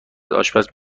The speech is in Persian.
آشپز